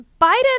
Biden